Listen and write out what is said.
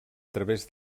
través